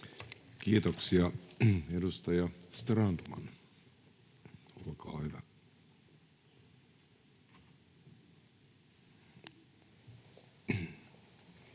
Kiitoksia. — Edustaja Strandman, olkaa hyvä.